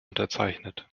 unterzeichnet